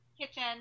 kitchen